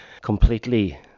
completely